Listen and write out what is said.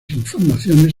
informaciones